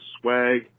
Swag